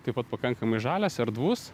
taip pat pakankamai žalias erdvus